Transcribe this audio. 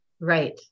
Right